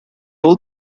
role